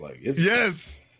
Yes